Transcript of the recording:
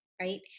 right